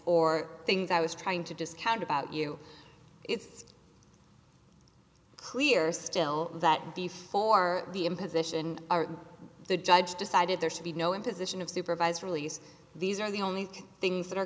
or things i was trying to discount about you it's clear still that before the imposition are the judge decided there should be no imposition of supervised release these are the only things that are